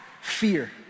fear